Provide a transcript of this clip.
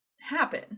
happen